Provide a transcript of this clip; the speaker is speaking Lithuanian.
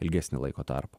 ilgesnį laiko tarpą